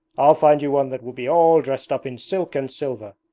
i'll find you one that will be all dressed up in silk and silver.